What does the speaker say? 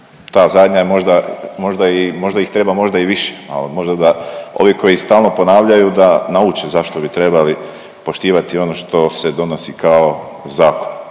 Ta zadnja možda, možda ih treba možda i više malo, možda da ovi koji stalno ponavljaju da nauče zašto bi trebali poštovati ono što se donosi kao zakon.